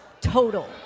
total